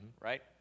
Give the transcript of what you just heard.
right